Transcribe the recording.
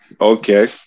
Okay